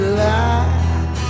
light